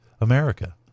America